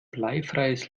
bleifreies